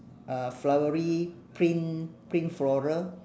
a flowery print print floral